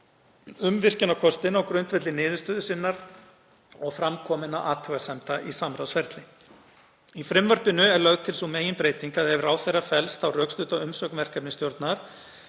um virkjunarkostinn á grundvelli niðurstöðu sinnar og framkominna athugasemda í samráðsferli. Í frumvarpinu er lögð til sú meginbreyting að ef ráðherra fellst á rökstudda umsögn verkefnisstjórnar